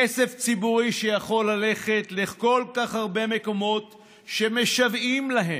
כסף ציבורי שיכול ללכת לכל כך הרבה מקומות שמשוועים להם.